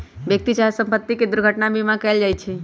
व्यक्ति चाहे संपत्ति के दुर्घटना बीमा कएल जाइ छइ